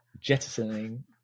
jettisoning